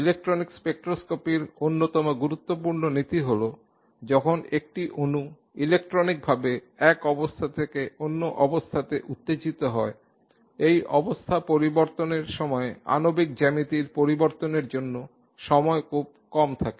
electronic স্পেকট্রোস্কোপির অন্যতম গুরুত্বপূর্ণ নীতি হল যখন একটি অণু ইলেকট্রনিকভাবে এক অবস্থা থেকে অন্য অবস্থাতে উত্তেজিত হয় এই অবস্থা পরিবর্তনের সময়ে আণবিক জ্যামিতির পরিবর্তনের জন্য সময় খুব কম থাকে